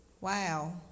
Wow